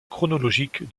chronologique